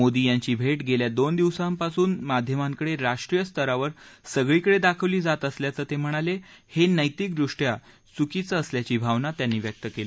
मोदी यांची भेट गेल्या दोन दिवसांपासून माध्यमांकडून राष्ट्रीय स्तरावर सगळीकडे दाखवली जात असल्याचं ते म्हणाले हे नैतिकदृष्टया चुकीचं असल्याची भावना त्यांनी व्यक्त केली